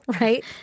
Right